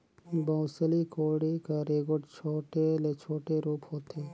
बउसली कोड़ी कर एगोट छोटे ले छोटे रूप होथे